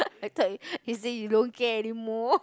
I thought you you say you don't care anymore